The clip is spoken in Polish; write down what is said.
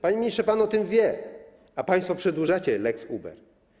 Panie ministrze, pan o tym wie, a państwo przedłużacie wejście lex Uber.